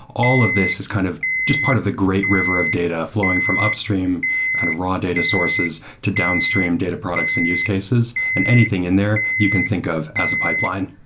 all of this is kind of just part of the great river of data flowing from upstream kind of raw data sources to downstream data products and use cases and anything in there you can think of as a pipeline.